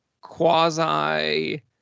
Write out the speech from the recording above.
quasi